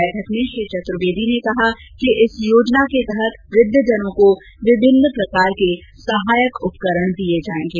बैठक में श्री चतुर्वेदी ने कहा कि इस योजना के तहत वृद्धजनों को विभिन्न प्रकार के सहायक उपकरण दिए जाएंगे